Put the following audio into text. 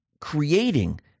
creating